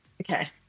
Okay